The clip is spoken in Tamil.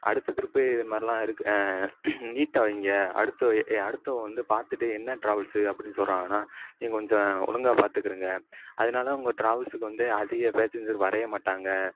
அடுத்த திருப்பி இது மாதிரிலாம் இருக் நீட்டாக வைங்க அடுத்து ஏ அடுத்தவங்க வந்து பார்த்துட்டு என்ன டிராவல்ஸு அப்படின் சொல்றாங்கண்ணா நீங்கள் கொஞ்சம் ஒழுங்காக பார்த்துக்கிருங்க அதனால உங்கள் டிராவல்ஸுக்கு வந்து அதிக பேசஞ்சர் வரயே மாட்டாங்க